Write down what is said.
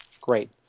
great